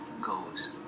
Goes